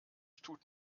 tut